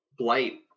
blight